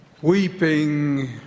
Weeping